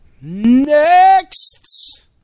Next